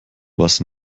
was